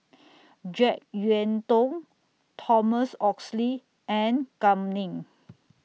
Jek Yeun Thong Thomas Oxley and Kam Ning